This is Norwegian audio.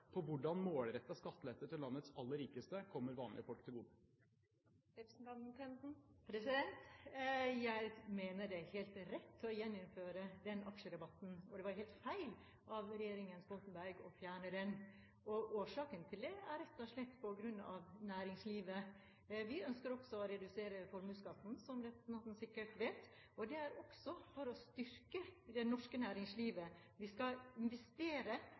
på hvordan målrettet skattelette til landets aller rikeste kommer vanlige folk til gode? Jeg mener det er helt rett å gjeninnføre den aksjerabatten. Det var helt feil av regjeringen Stoltenberg å fjerne den. Årsaken til det er rett og slett hensynet til næringslivet. Vi ønsker også å redusere formuesskatten, som representanten sikkert vet. Det er også for å styrke det norske næringslivet. Vi skal investere,